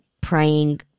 praying